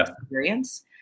experience